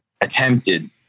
attempted